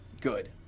good